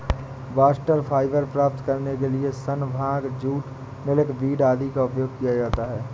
bast fibre प्राप्त करने के लिए सन, भांग, जूट, मिल्कवीड आदि का उपयोग किया जाता है